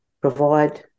provide